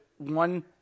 One